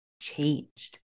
changed